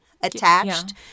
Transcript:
attached